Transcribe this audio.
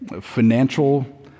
Financial